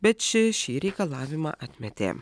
bet ši šį reikalavimą atmetė